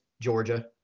Georgia